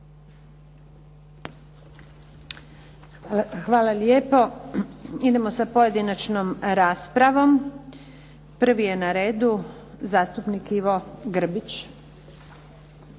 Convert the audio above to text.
Hvala lijepo. Idemo sa pojedinačnom raspravom. Prvi je na redu zastupnik Ivo Grbić.